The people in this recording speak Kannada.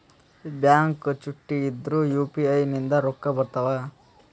ಬ್ಯಾಂಕ ಚುಟ್ಟಿ ಇದ್ರೂ ಯು.ಪಿ.ಐ ನಿಂದ ರೊಕ್ಕ ಬರ್ತಾವಾ?